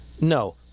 No